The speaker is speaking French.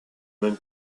même